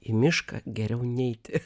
į mišką geriau neiti